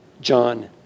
John